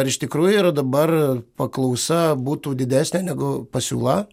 ar iš tikrųjų yra dabar paklausa butų didesnė negu pasiūla